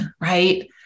right